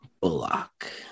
Bullock